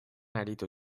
aritu